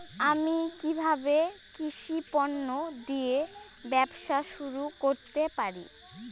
আমি কিভাবে কৃষি পণ্য দিয়ে ব্যবসা শুরু করতে পারি?